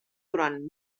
durant